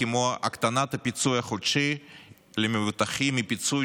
כמו הקטנת הפיצוי החודשי למבוטחים מפיצוי